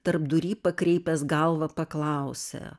tarpdury pakreipęs galvą paklausė